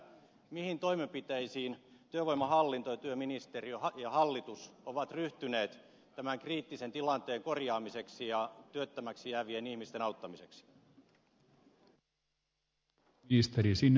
mihin toimenpiteisiin työvoimahallinto työministeriö ja hallitus ovat ryhtyneet tämän kriittisen tilanteen korjaamiseksi ja työttömiksi jäävien ihmisten auttamiseksi